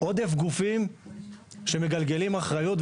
גופים שמגלגלים אחריות,